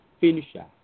finisher